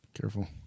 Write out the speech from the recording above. careful